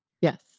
Yes